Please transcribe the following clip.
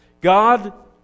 God